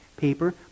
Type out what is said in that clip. Paper